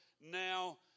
now